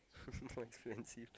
more expensive